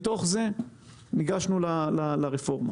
מתוך הדברים הנאמרים ניגשנו לעריכת רפורמה